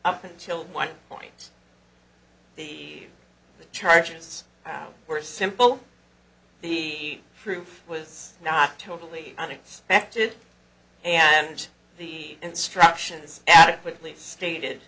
up until one point the charges were simple the proof was not totally unexpected and the instructions adequately stated